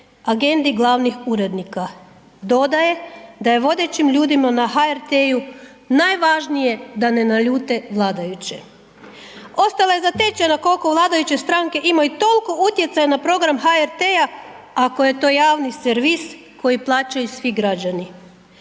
agendi glavnih urednika, dodaje da je vodećim ljudima na HRT-u najvažnije da ne naljute vladajuće. Ostala je zatečena kolko vladajuće stranke imaju tolko utjecaja na program HRT-a ako je je to javni servis koji plaćaju svi građani.